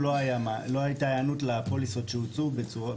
ולצערנו לא הייתה היענות לפוליסות שהוצעו.